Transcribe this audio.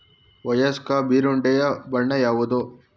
ವಯಸ್ಕ ಜೀರುಂಡೆಯ ಬಣ್ಣ ಯಾವುದು?